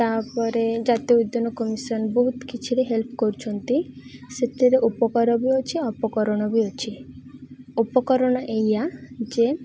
ତାପରେ ଜାତୀୟ ଉଦ୍ୟାନ କମିସନ୍ ବହୁତ କିଛିରେ ହେଲ୍ପ୍ କରୁଛନ୍ତି ସେଥିରେ ଉପକାର ବି ଅଛି ଅପକରଣ ବି ଅଛି ଉପକରଣ ଏଇଆ ଯେ